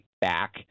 back